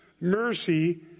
mercy